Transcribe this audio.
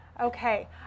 Okay